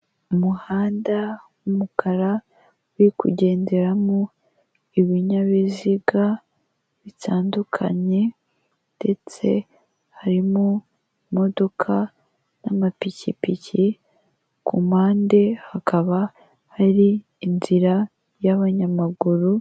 Umuhanda w'umukara urikugenderamo ibinyabiziga bitandukanye ndetse harimo imodoka n'amapikipiki, ku mpande hakaba hari inzira y'abanyamaguru.